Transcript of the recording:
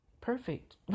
perfect